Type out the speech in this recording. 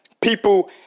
people